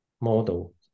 model